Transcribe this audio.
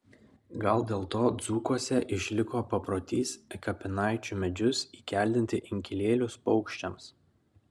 gal dėl to dzūkuose išliko paprotys į kapinaičių medžius įkeldinti inkilėlius paukščiams